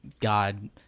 god